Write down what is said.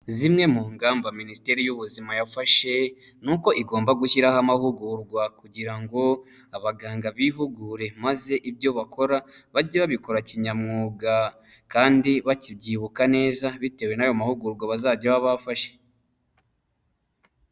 Zimwe mu ngamba minisiteri y'ubuzima yabafashe, ni uko igomba gushyiraho amahugurwa kugirango abaganga bihugure maze ibyo bakora bajye babikora kinyamwuga kandi bakibyibuka neza bitewe n'ayo mahugurwa bazajya baba bafashe.